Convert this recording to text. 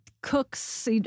cooks